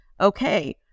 okay